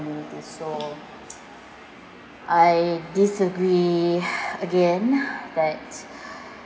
communities so I disagree again that